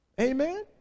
amen